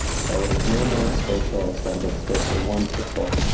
so there is no more spatial extended. it's basically one pixel.